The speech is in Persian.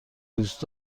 دوست